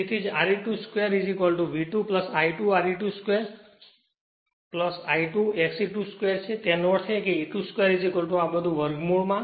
તેથીજ Re2 2 V2 I2 Re2 2 I2 XE2 2 છે એનો અર્થ એ કે E2 2 આ બધુ વર્ગમૂળ માં